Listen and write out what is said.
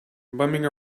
bumming